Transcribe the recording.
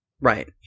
Right